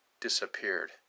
disappeared